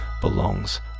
belongs